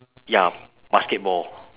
ya basketball